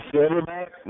Silverback